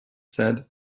said